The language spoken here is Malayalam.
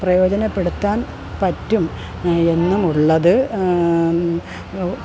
പ്രയോജനപ്പെടുത്താൻ പറ്റും എന്നുമുള്ളത്